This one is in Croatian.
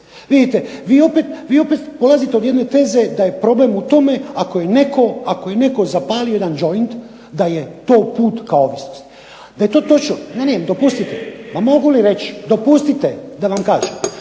Vidite, vi opet polazite od jedne teze da je problem u tome ako je netko zapalio jedan džoint da je to put ka ovisnosti. Da je to točno, dopustite da vam kažem